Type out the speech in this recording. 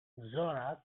zora